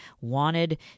wanted